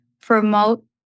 promote